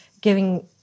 giving